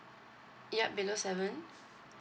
yup below seven